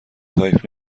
تایپ